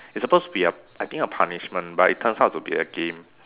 it's supposed to be I think a punishment but it turns out to be a game